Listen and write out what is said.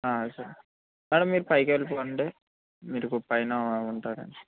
సరే మేడం మీరు పైకెళ్ళిపోండి మీకు పైన ఉంటారు